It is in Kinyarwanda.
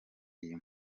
iyo